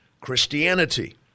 Christianity